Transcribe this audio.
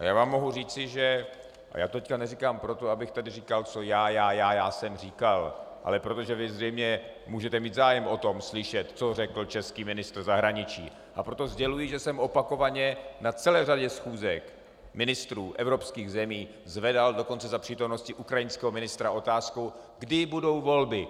A já vám mohu říci, že a neříkám to proto, abych tady říkal, co já, já, já, já jsem říkal ale protože vy zřejmě můžeme mít zájem slyšet o tom, co řekl český ministr zahraničí, a proto sděluji, že jsem opakovaně na celé řadě schůzek ministrů evropských zemí zvedal, dokonce za přítomnosti ukrajinského ministra, otázku, kdy budou volby.